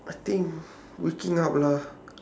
I think waking up lah